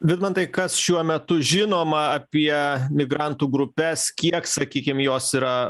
vidmantai kas šiuo metu žinoma apie migrantų grupes kiek sakykim jos yra